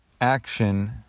action